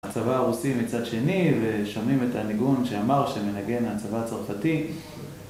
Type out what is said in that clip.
הצבא הרוסי מצד שני, ושומעים את הניגון שאמר שמנגן הצבא הצרפתי